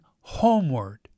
homeward